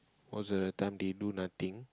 most of the time they do nothing